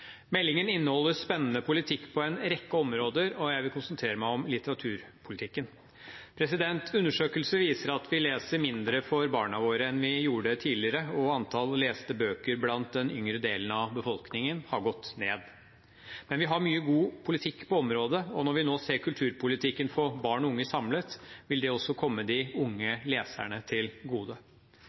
Meldingen inneholder spennende politikk på en rekke områder, og jeg vil konsentrere meg om litteraturpolitikken. Undersøkelser viser at vi leser mindre for barna våre enn vi gjorde tidligere, og antall leste bøker blant den yngre delen av befolkningen har gått ned. Men vi har mye god politikk på området, og når vi nå ser kulturpolitikken for barn og unge samlet, vil det også komme de unge leserne til gode.